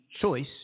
choice